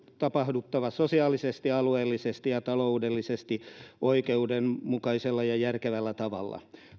tapahduttava sosiaalisesti alueellisesti ja taloudellisesti oikeudenmukaisella ja järkevällä tavalla